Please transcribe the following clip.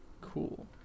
Cool